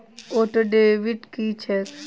Auto debit की छैक?